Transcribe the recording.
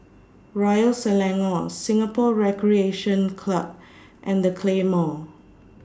Royal Selangor Singapore Recreation Club and The Claymore